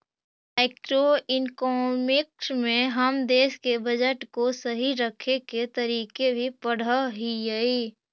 macroeconomics में हम देश के बजट को सही रखे के तरीके भी पढ़अ हियई